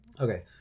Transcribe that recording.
okay